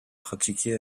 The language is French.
pratiquer